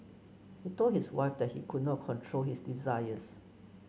he told his wife that he could not control his desires